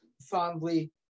fondly